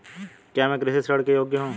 क्या मैं कृषि ऋण के योग्य हूँ?